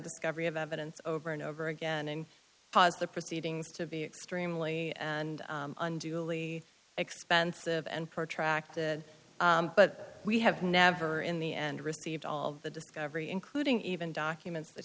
discovery of evidence over and over again and caused the proceedings to be extremely and unduly expensive and protracted but we have never in the end received all the discovery including even documents that